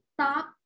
stop